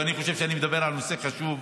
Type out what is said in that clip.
ואני חושב שאני מדבר כאן על נושא חשוב.